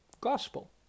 gospel